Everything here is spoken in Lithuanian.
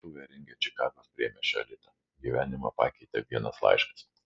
lietuvė rengia čikagos priemiesčio elitą gyvenimą pakeitė vienas laiškas